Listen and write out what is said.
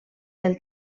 del